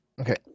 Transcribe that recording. Okay